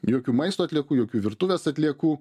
jokių maisto atliekų jokių virtuvės atliekų